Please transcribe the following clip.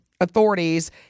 authorities